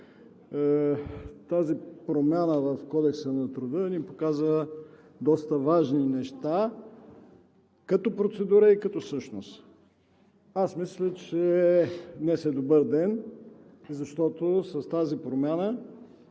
Тази промяна в Кодекса на труда ни показа доста важни неща и като процедура, и като същност. Аз мисля, че днес е добър ден, защото с тази промяна